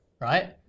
right